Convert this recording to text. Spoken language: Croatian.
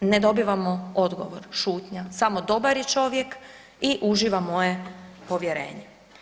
Ne dobivamo odgovor, šutnja, samo dobar je čovjek i uživa moje povjerenje.